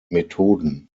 methoden